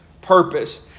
purpose